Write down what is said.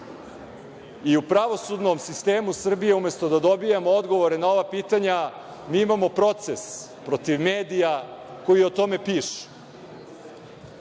pravosudnom sistemu Srbije, umesto da dobijamo odgovore na ova pitanja, mi imamo proces protiv medija koji o tome pišu.